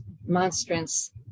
monstrance